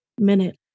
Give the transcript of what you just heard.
minute